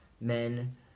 men